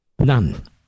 none